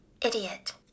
Idiot